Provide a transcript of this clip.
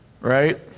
Right